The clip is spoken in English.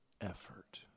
effort